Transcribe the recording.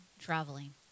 traveling